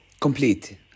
complete